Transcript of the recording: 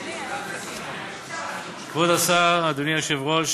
אדוני היושב-ראש,